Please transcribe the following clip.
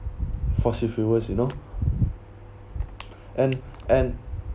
fossil fuel you know and and